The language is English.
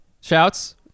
Shouts